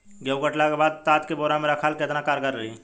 गेंहू कटला के बाद तात के बोरा मे राखल केतना कारगर रही?